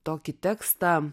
tokį tekstą